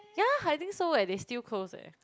yeah I think so eh they still close eh